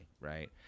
right